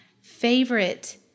favorite